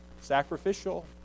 sacrificial